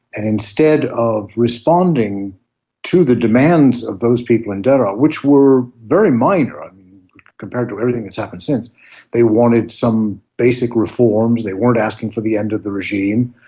and instead of responding to the demands of those people in daraa, which were very minor compared to everything that has happened since they wanted some basic reforms, they weren't asking for the end of the regime,